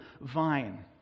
vine